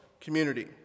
community